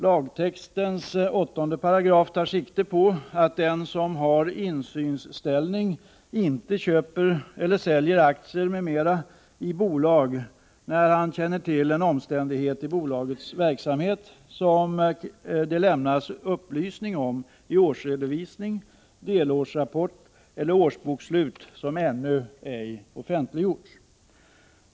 Lagtextens 8 § tar sikte på att den som har insynsställning inte köper eller säljer aktier m.m. i bolaget när han känner till en omständighet i bolagets verksamhet som det lämnas upplysning om i årsredovisning, delårsrapport eller årsbokslut som ännu ej offentliggjorts.